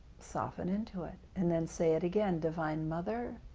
soften into it. and then say it again, divine mother,